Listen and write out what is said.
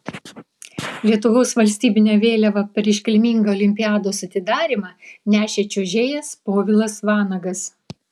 lietuvos valstybinę vėliavą per iškilmingą olimpiados atidarymą nešė čiuožėjas povilas vanagas